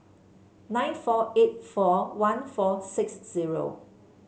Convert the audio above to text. nine four eight four one four six zero